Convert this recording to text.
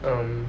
um